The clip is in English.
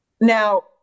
Now